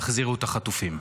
תחזירו את החטופים.